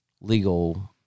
legal